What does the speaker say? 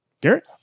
Garrett